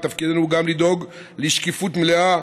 תפקידנו הוא גם לדאוג לשקיפות מלאה,